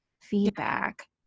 feedback